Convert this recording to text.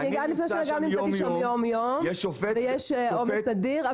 עד לפני --- הייתי שם יום יום ויש עומס אדיר.